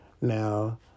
Now